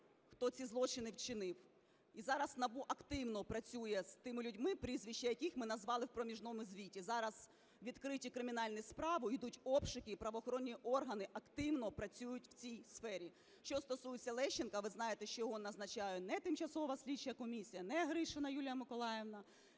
хто ці злочини вчинив. І зараз НАБУ активно працює з тими людьми, прізвища яких ми назвали в проміжному звіті. Зараз відкриті кримінальні справи, йдуть обшуки, і правоохоронні органи активно працюють в цій сфері. Що стосується Лещенка, ви знаєте, що його назначає не тимчасова слідча комісія, не Гришина Юлія Миколаївна,